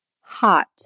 hot